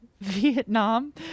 vietnam